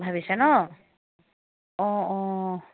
ভাবিছে ন অঁ অঁ